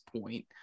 point